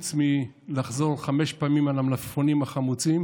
חוץ מלחזור חמש פעמים על המלפפונים החמוצים